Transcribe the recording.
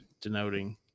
denoting